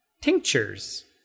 tinctures